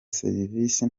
serivisi